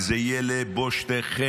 כי זה יהיה לבושתכם,